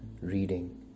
reading